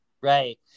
right